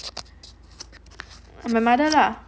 my mother lah